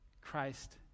Christ